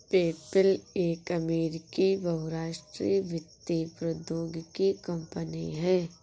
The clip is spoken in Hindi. पेपैल एक अमेरिकी बहुराष्ट्रीय वित्तीय प्रौद्योगिकी कंपनी है